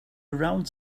around